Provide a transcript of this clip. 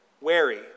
wary